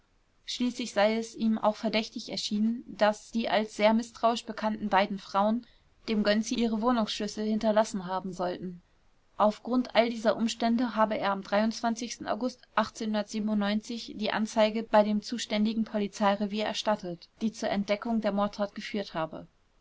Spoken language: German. schließlich sei es ihm auch verdächtig erschienen daß die als sehr mißtrauisch bekannten beiden frauen dem gönczi ihre wohnungsschlüssel hinterlassen haben sollten auf grund aller dieser umstände habe er am august die anzeige bei dem zuständigen polizeirevier erstattet die zur entdeckung der mordtat geführt habe